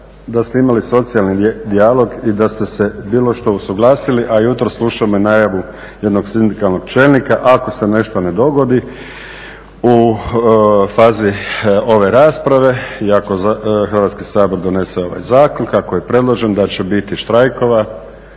da ste imali socijalni dijalog i da ste se bilo što usuglasili, a jutros slušamo najavu jednog sindikalnog čelnika ako se nešto ne dogodi u fazi ove rasprave i ako Hrvatski sabor donese ovaj zakon kako je predložen da će biti štrajkova,